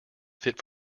fit